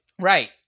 Right